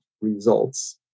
results